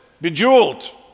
bejeweled